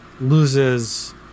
loses